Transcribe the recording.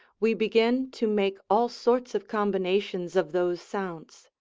we begin to make all sorts of combinations of those sounds.